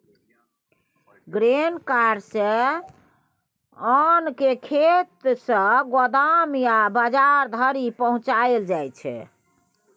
grain cart सँ ओन केँ खेत सँ गोदाम या बजार धरि पहुँचाएल जाइ छै